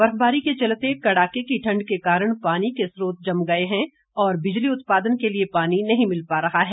बर्फबारी के चलते कड़ाके की ठंड के कारण पानी के स्रोत जम गए हैं और बिजली उत्पादन के लिए पानी नहीं मिल पा रहा है